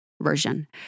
version